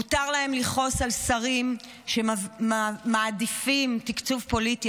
מותר להם לכעוס על שרים שמעדיפים תקצוב פוליטי